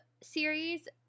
series